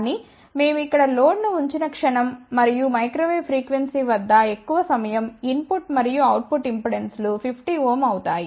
కానీ మేము ఇక్కడ లోడ్ ను ఉంచిన క్షణం మరియు మైక్రో వేవ్ ఫ్రీక్వెన్సీ వద్ద ఎక్కువ సమయం ఇన్ పుట్ మరియు అవుట్ పుట్ ఇంపెడెన్సులు 50Ω అవుతాయి